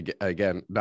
Again